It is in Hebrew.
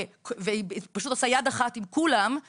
והיא פשוט עושה יד אחת עם כולם,